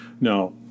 Now